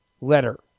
letter